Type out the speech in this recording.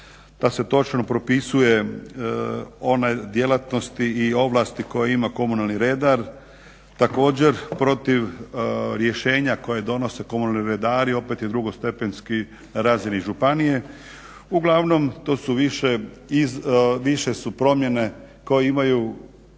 da se točno propisuje one djelatnosti i ovlasti koje ima komunalni redar, također protiv rješenja koje donose komunalni redari, opet je drugostepenski razini županije. Uglavnom to su više iz, više su promjene koje imaju